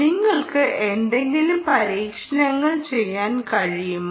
നിങ്ങൾക്ക് എന്തെങ്കിലും പരീക്ഷണങ്ങൾ ചെയ്യാൻ കഴിയുമൊ